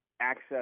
Access